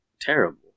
terrible